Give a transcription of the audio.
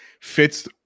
fits